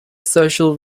social